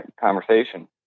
conversation